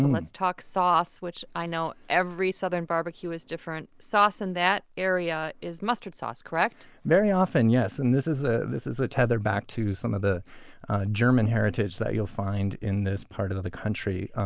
let's talk sauce, which i know every southern barbecue is different. sauce in that area is mustard sauce, correct? very often yes. and this is ah this is a tether back to some of the german heritage that you'll find in this part of of the country.